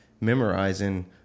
memorizing